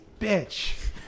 bitch